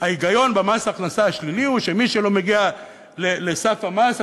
ההיגיון במס ההכנסה השלילי הוא שמי שלא מגיע לסף המס,